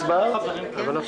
לפני הצבעה, בסדר.